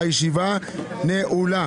הישיבה נעולה.